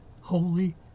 holy